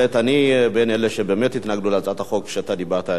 אני בין אלה שבאמת התנגדו להצעת החוק שאתה דיברת עליה,